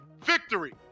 Victory